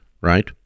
right